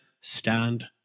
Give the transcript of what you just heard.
Stand